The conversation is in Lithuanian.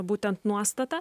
būtent nuostata